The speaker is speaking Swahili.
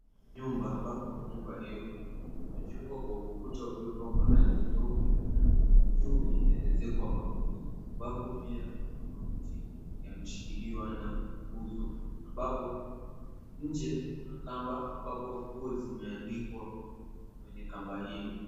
Nyumba, ambapo nyumba hiyo umejengwa kwa ukuta uliopakwa rangi nyeupe na juu imeezekwa makuti ambapo pia makuti yameshikiliwa na nguzo ambapo inje kuna kamba ambapo nguo zimeanikwa kwenye kamba hiyo.